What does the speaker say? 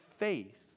faith